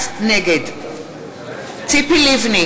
נגד ציפי לבני,